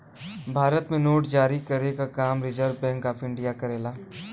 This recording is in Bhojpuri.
भारत में नोट जारी करे क काम रिज़र्व बैंक ऑफ़ इंडिया करेला